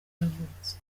yavutse